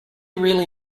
really